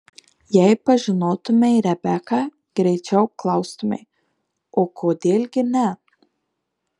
jei pažinotumei rebeką greičiau klaustumei o kodėl gi ne